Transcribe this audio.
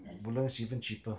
woodlands even cheaper